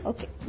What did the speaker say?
Okay